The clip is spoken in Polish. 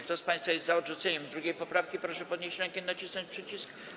Kto z państwa jest za odrzuceniem 2. poprawki, proszę podnieść rękę i nacisnąć przycisk.